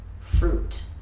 fruit